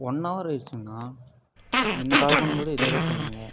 one hour ஆயிடுச்சுங்கண்ணா முன்ன call பண்ணும் போதும் இதே தான் சொன்னிங்க